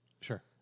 Sure